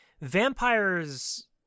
Vampires